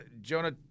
Jonah